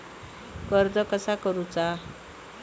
कर्ज कसा करूचा?